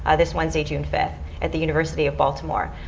ah this wednesday, june fifth at the university of baltimore.